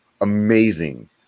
amazing